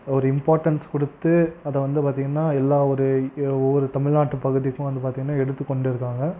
ஒரு இம்பார்ட்டன்ஸ் கொடுத்து அதை வந்து பார்த்தீங்கன்னா எல்லாம் ஒவ்வொரு தமிழ்நாட்டு பகுதிக்கும் வந்து பார்த்தீங்கன்னா எடுத்துக் கொண்டு இருக்காங்க